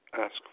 ask